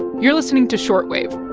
you're listening to short wave.